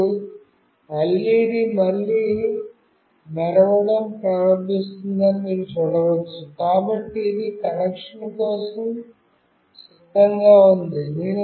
మరియు LED మళ్ళీ మెరవడం ప్రారంభించిందని మీరు చూడవచ్చు కాబట్టి ఇది కనెక్షన్ కోసం సిద్ధంగా ఉంది